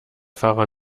fahrer